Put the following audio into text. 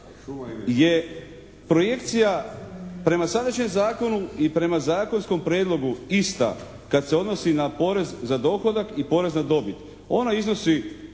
je projekcija prema sadašnjem zakonu i prema zakonskom prijedlogu ista kad se odnosi na porez za dohodak i porez na dobit. Ona iznosi